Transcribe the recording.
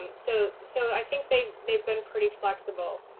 um so so i think they've they've been pretty flexible.